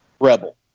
Rebel